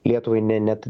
lietuvai ne net